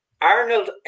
arnold